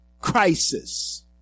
crisis